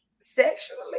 sexually